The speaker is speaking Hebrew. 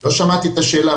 לא שמעתי את השאלה.